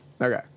Okay